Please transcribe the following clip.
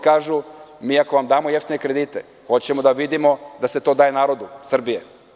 Kažu da ako nam daju jeftinije kredite, hoće da vide da se to daje narodu Srbije.